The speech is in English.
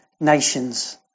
nations